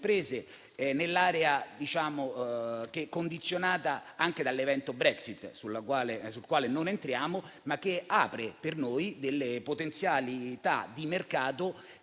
imprese nell'area condizionata dall'evento Brexit, sul quale non entriamo, che apre per noi potenzialità di mercato